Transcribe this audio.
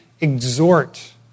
exhort